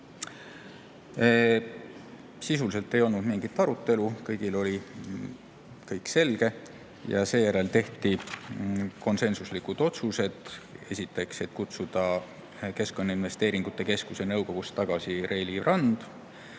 Sisuliselt ei olnud mingit arutelu, kõigil oli kõik selge. Seejärel tehti konsensuslikud otsused. Esiteks, kutsuda Keskkonnainvesteeringute Keskuse nõukogust tagasi Reili Rand.